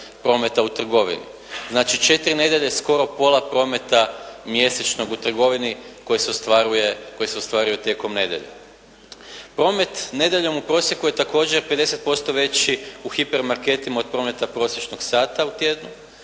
prometa u trgovini. Znači četiri nedjelje skoro pola prometa mjesečnog u trgovini koje se ostvaruje tijekom nedjelje. Promet nedjeljom u prosjeku je također 50% veći u hipermarketima od prometa prosječnog sata u tjednu